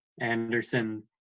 Anderson